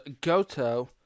Goto